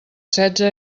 setze